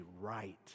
right